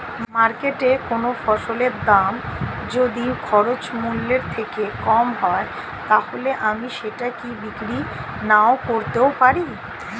মার্কেটৈ কোন ফসলের দাম যদি খরচ মূল্য থেকে কম হয় তাহলে আমি সেটা কি বিক্রি নাকরতেও পারি?